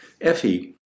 Effie